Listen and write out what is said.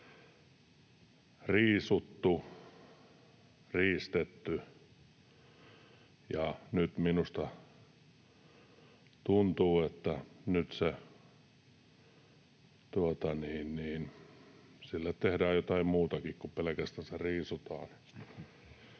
riisuttu ja riistetty, ja nyt minusta tuntuu, että nyt sille tehdään jotain muutakin kuin pelkästänsä riisutaan.